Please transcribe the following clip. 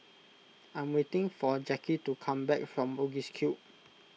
I am waiting for Jackie to come back from Bugis Cube